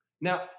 Now